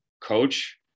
coach